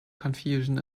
confusion